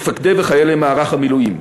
מפקדי וחיילי מערך המילואים.